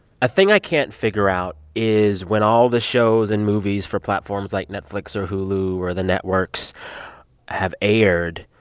a thing i can't figure out is, when all the shows and movies for platforms like netflix or hulu or the networks have aired,